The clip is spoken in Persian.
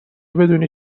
بدونی